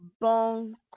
Bon